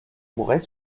mouret